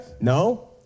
No